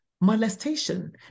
molestation